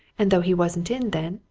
and though he wasn't in then,